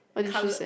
coloured